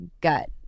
gut